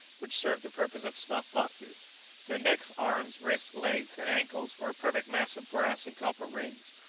which served the purpose of snuff-boxes their necks, arms, wrists, legs, and ankles were a perfect mass of brass and copper rings,